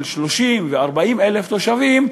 של 30,000 ו-40,000 תושבים,